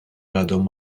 għadhom